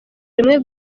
rimwe